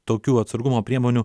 tokių atsargumo priemonių